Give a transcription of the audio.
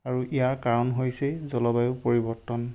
আৰু ইয়াৰ কাৰণ হৈছে জলবায়ুৰ পৰিৱৰ্তন